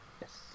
Yes